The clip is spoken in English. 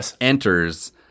enters